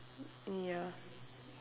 ya